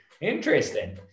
interesting